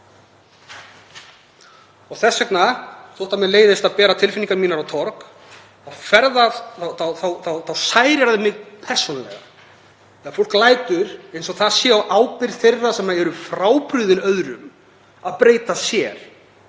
Þess vegna, þótt mér leiðist að bera tilfinningar mínar á torg, særir það mig persónulega þegar fólk lætur eins og það sé á ábyrgð þeirra sem eru frábrugðnir öðrum að breyta sér